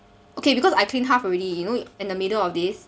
okay because I clean half already you know in the middle of this